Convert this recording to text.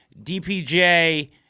DPJ